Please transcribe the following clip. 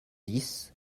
dix